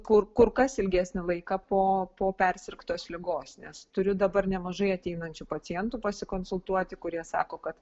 kur kur kas ilgesnį laiką po po persirgtos ligos nes turiu dabar nemažai ateinančių pacientų pasikonsultuoti kurie sako kad